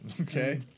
Okay